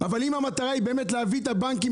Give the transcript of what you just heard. אבל אם המטרה היא באמת להביא את הבנקים